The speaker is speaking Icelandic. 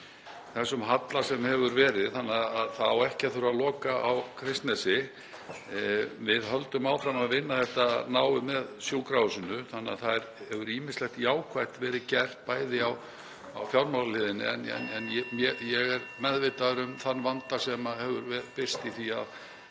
þessum halla sem hefur verið þannig að það á ekki að þurfa að loka á Kristnesi. Við höldum áfram að vinna þetta náið með sjúkrahúsinu þannig að það hefur ýmislegt jákvætt verið gert, m.a. á fjármálahliðinni. (Forseti hringir.) En ég er meðvitaður um þann vanda sem hefur birst í því að